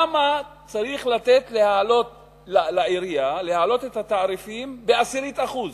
למה צריך לתת לעירייה להעלות את התעריפים בעשירית אחוז.